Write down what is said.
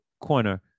corner